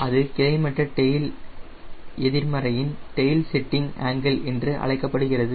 அது கிடைமட்ட டெயில் எதிர்மறையின் டெயில் செட்டிங் என்று அழைக்கப்படுகிறது